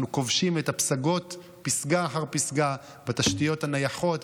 אנחנו כובשים את הפסגות פסגה אחר פסגה בתשתיות הנייחות,